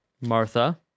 Martha